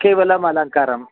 केवलम् अलङ्कारः